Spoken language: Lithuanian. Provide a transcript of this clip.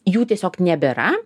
jų tiesiog nebėra